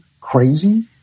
crazy